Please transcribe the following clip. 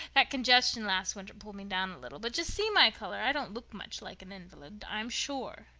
that congestion last winter pulled me down a little. but just see my color. i don't look much like an invalid, i'm sure.